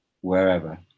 wherever